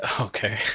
okay